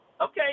Okay